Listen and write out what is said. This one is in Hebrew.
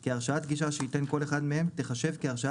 כי הרשאת גישה שייתן כל אחד מהם תיחשב כהרשאת